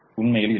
உண்மையில் இல்லை